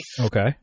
Okay